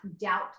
doubt